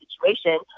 situation